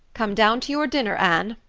come down to your dinner, anne.